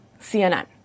CNN